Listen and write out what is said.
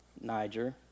Niger